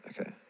okay